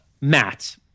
Matt